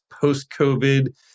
post-COVID